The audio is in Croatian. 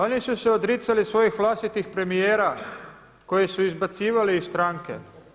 Oni su se odricali svojih vlastitih premijera koje su izbacivali iz stranke.